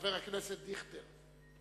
חבר הכנסת דיכטר.